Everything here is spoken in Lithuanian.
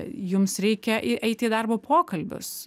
jums reikia eit į darbo pokalbius